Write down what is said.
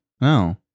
No